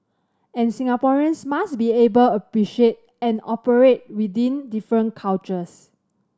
and Singaporeans must be able appreciate and operate within different cultures